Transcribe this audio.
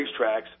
racetracks